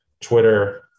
twitter